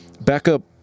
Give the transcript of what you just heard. backup